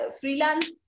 freelance